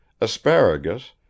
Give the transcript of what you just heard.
asparagus